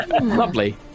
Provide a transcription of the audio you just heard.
Lovely